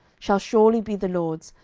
shall surely be the lord's,